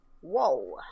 Whoa